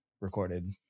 recorded